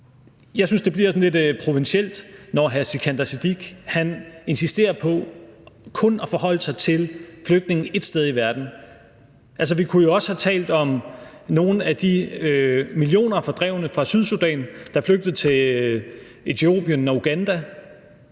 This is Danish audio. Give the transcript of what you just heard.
jeg synes, det bliver sådan lidt provinsielt, når hr. Sikandar Siddique insisterer på kun at forholde sig til flygtningene ét sted i verden. Altså, vi kunne jo også have talt om nogle af de millioner af fordrevne fra Sydsudan, der er flygtet til Etiopien og Uganda.